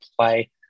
play